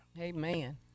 Amen